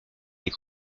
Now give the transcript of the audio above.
les